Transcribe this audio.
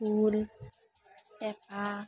ঢোল পেঁপা